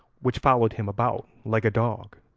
which followed him about like a dog.